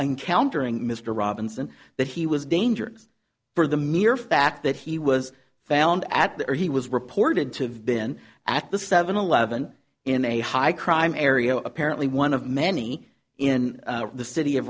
in countering mr robinson that he was dangerous for the mere fact that he was found at the end he was reported to have been at the seven eleven in a high crime area apparently one of many in the city of